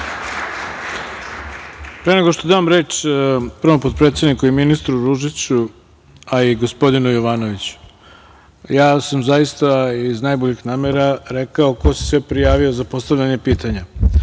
nego što dam reč prvom potpredsedniku i ministru Ružiću, a i gospodinu Jovanoviću, ja sam zaista iz najboljih namera rekao ko se sve prijavio za postavljanje pitanja. Mi